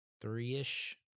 three-ish